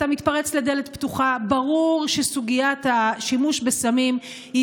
אתה מתפרץ לדלת פתוחה: ברור שסוגיית השימוש בסמים היא,